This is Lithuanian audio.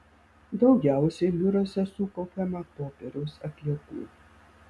daugiausiai biuruose sukaupiama popieriaus atliekų